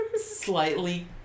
slightly